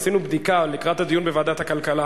עשינו בדיקה לקראת הדיון בוועדת הכלכלה.